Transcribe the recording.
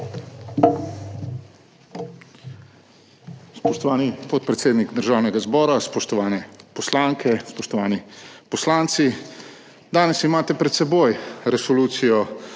Spoštovani podpredsednik Državnega zbora, spoštovane poslanke, spoštovani poslanci! Danes imate pred seboj Resolucijo